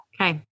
Okay